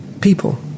people